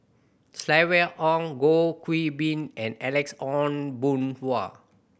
Silvia Ong Goh Qiu Bin and Alex Ong Boon Hau